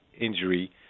injury